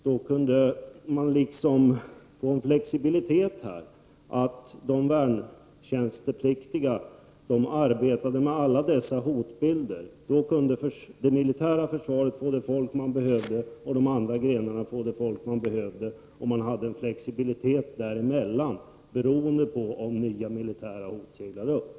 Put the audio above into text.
Då skulle man kunna få en flexibilitet. De värntjänstpliktiga skulle kunna arbeta med alla dessa hotbilder. De militära försvaret skulle kunna få det folk det behöver, och de andra grenarna det folk de behöver. Det skulle finnas en flexibilitet där emellan, beroende på om nya militära hot seglar upp.